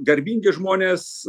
garbingi žmonės